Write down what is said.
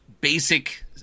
basic